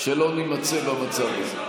נימצא במצב הזה.